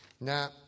Now